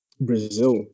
Brazil